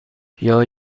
بیا